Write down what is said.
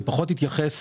אני פחות אתייחס